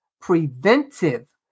preventive